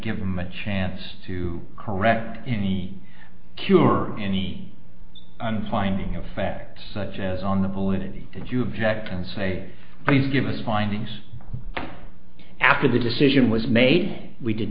give them a chance to correct any cure any on finding of facts such as on the polling that you object and say please give us findings after the decision was made we did